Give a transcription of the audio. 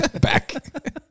Back